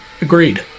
Agreed